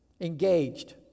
engaged